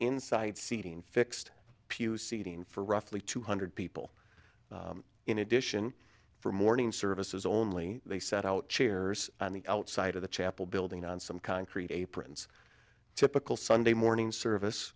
inside seating fixed pews seating for roughly two hundred people in addition for morning services only they set out chairs on the outside of the chapel building on some concrete aprons typical sunday morning service